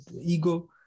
ego